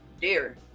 dear